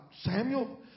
Samuel